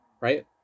right